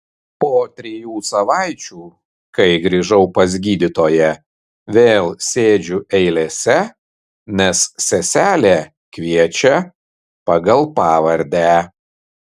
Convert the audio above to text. po trijų savaičių kai grįžau pas gydytoją vėl sėdžiu eilėse nes seselė kviečia pagal pavardę